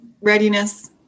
readiness